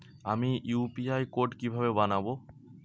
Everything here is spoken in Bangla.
আমি ইউ.পি.আই কোড কিভাবে বানাব?